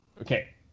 Okay